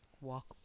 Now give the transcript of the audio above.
Walk